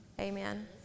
Amen